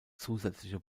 zusätzliche